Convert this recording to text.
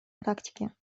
практике